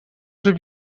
have